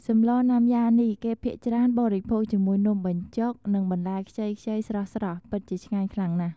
សម្លរណាំយ៉ានេះ គេភាគច្រើនបរិភោគជាមួយនំបញ្ចុក និងបន្លែខ្ចីៗស្រស់ៗ ពិតជាឆ្ងាញ់ខ្លាំងណាស់។